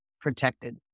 protected